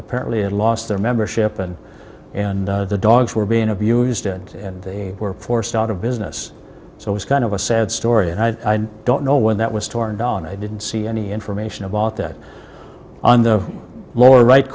apparently had lost their membership and and the dogs were being abused and they were forced out of business so it's kind of a sad story and i don't know when that was torn down i didn't see any information about that on the lower right